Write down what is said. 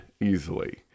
easily